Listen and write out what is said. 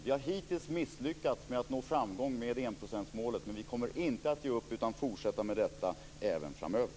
Vi har hittills misslyckats med att nå framgång med enprocentsmålet, men vi kommer inte att ge upp utan fortsätter med det även framöver.